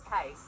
case